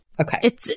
Okay